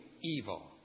evil